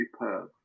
superb